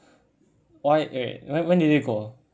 why eh like when did it go